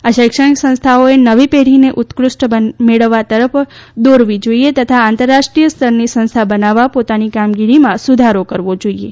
આ શૈક્ષણિક સંસ્થાઓએ નવી પેઢીને ઉત્કષ્ટતા મેળવવા તરફ દોરવી જોઇએ તથા આંતરરાષ્ટ્રીય સ્તરની સંસ્થા બનવા પોતાની કામગીરીમાં સુધારો કરવો જોઇએ